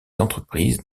entreprises